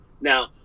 Now